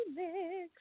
Remix